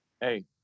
hey